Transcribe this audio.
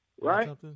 Right